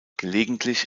gelegentlich